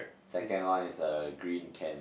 second one is a green can